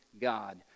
God